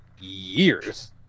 years